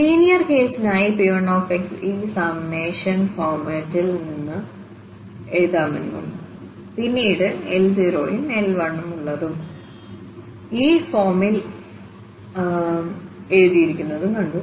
linear കേസിനായി P1 ഈ summation ഫോർമാറ്റിൽ എഴുതാമെന്നും പിന്നീട് L0യും L1ഉള്ളതും ഈ Li ഫോമിൽ എഴുതിയിരിക്കുന്നതും കണ്ടു